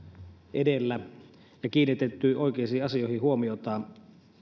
edellä ja kiinnitetty oikeisiin asioihin huomiota